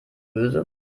öse